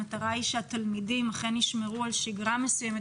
המטרה היא שהתלמידים אכן ישמרו על שגרה מסוימת